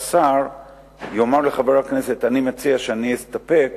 שהשר יאמר לחבר הכנסת: אני מציע שאני אסתפק